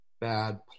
bad